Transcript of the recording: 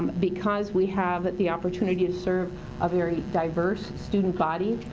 because we have the opportunity to serve a very diverse student body,